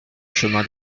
chemin